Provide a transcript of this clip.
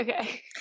okay